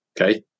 Okay